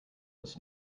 was